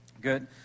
Good